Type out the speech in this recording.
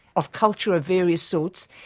of culture of various sorts,